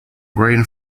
grain